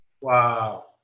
Wow